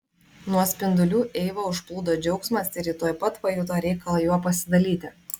nuo spindulių eivą užplūdo džiaugsmas ir ji tuoj pat pajuto reikalą juo pasidalyti